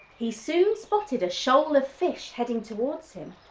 he soon spotted a shoal of fish heading towards him,